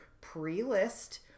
pre-list